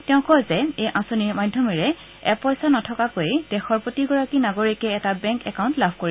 তেওঁ কয় যে এই আঁচনিৰ মাধ্যমেৰে এপইচা নথকাকৈয়ে দেশৰ প্ৰতিগৰাকী নাগৰিকে এটা বেংক একাউণ্ট লাভ কৰিব